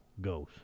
goes